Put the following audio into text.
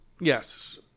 Yes